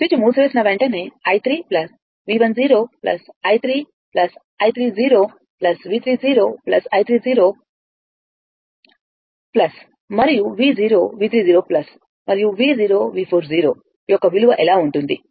switch మూసివేసిన వెంటనే i 3 V1 i3 i3 V 3 i4 మరియు V V 4 0 మరియు V V 4 యొక్క విలువ ఎలా ఉంటుంది